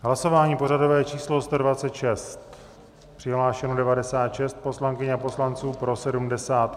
Hlasování pořadové číslo 126, přihlášeno 96 poslankyň a poslanců, pro 78.